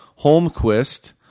Holmquist